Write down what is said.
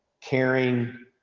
caring